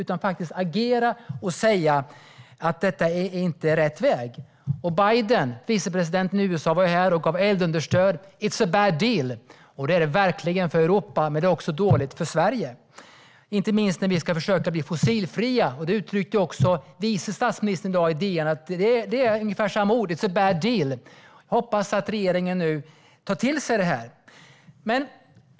Vi måste agera och säga att detta inte är rätt väg. Biden, vicepresidenten i USA, var här och gav eldunderstöd när han sa: It's a bad deal. Och det är det verkligen för Europa. Men det är också dåligt för Sverige, inte minst när vi ska försöka bli fossilfria. Även vice statsministern uttryckte ungefär samma sak i DN i dag. It's a bad deal. Jag hoppas att regeringen nu tar det till sig.